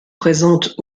présentes